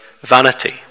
vanity